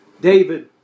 David